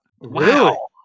Wow